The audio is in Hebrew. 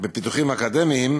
בפיתוחים אקדמיים,